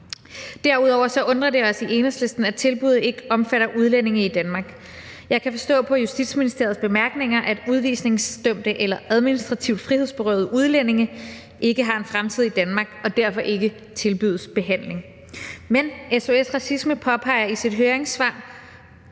Derudover undrer det os i Enhedslisten, at tilbuddet ikke omfatter udlændinge i Danmark. Jeg kan forstå på Justitsministeriets bemærkninger, at udvisningsdømte eller administrativt frihedsberøvede udlændinge ikke har en fremtid i Danmark og derfor ikke tilbydes behandling. Men som SOS Racisme påpeger i sit høringssvar,